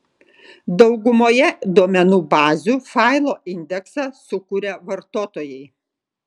daugumoje duomenų bazių failo indeksą sukuria vartotojai